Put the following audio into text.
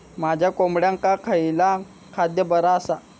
माझ्या कोंबड्यांका खयला खाद्य बरा आसा?